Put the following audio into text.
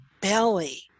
belly